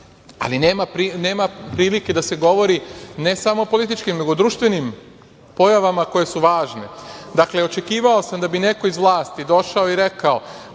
ali nema prilike da se govori ne samo o političkim, nego i društvenim pojavama koje su važne. Dakle, očekivao sam da bi neko iz vlasti došao i rekao